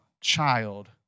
child